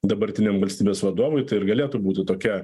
dabartiniam valstybės vadovui tai ir galėtų būti tokia